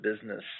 business